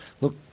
look